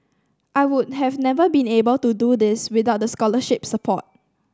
I would have never been able to do all these without the scholarship support